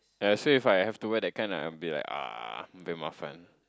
ya so if I have to wear that kind I'll be like uh a but mafan